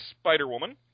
Spider-Woman